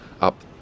up